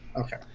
Okay